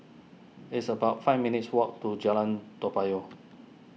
it's about five minutes' walk to Jalan Toa Payoh